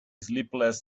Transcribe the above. sleepless